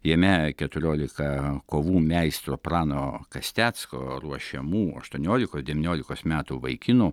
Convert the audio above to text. jame keturiolika kovų meistro prano kastecko ruošiamų aštuoniolikos devyniolikos metų vaikinų